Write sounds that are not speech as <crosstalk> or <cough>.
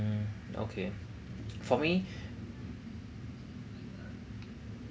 mm okay <noise> for me